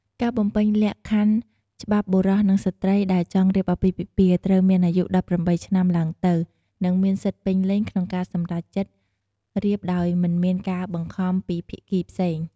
ការបំពេញលក្ខខណ្ឌច្បាប់បុរសនិងស្ត្រីដែលចង់រៀបអាពាហ៍ពិពាហ៍ ត្រូវមានអាយុ១៨ឆ្នាំឡើងទៅ និងមានសិទ្ធិពេញលេញក្នុងការសម្រេចចិត្ត រៀបដោយមិនមានការបង្ខំពីភាគីផ្សេង។